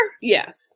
Yes